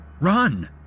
run